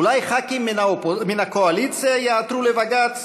אולי ח"כים מן הקואליציה יעתרו לבג"ץ